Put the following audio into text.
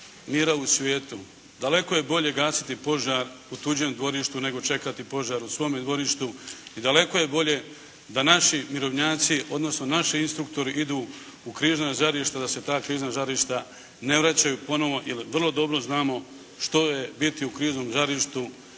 mira u svijetu. Daleko je bolje gasiti požar u tuđem dvorištu nego čekati požar u svome dvorištu. I daleko je bolje da naši mirovnjaci, odnosno naši instruktori idu u krzna žarišta, da se ta križna žarišta ne vraćaju ponovno. Jer vrlo dobro znamo što je biti u kriznom žarištu